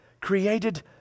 created